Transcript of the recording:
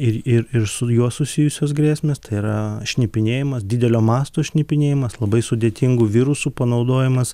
ir ir ir su juo susijusios grėsmės tai yra šnipinėjimas didelio masto šnipinėjimas labai sudėtingų virusų panaudojimas